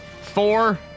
Four